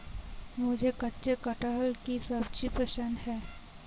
मुझे कच्चे कटहल की सब्जी पसंद है